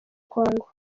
congo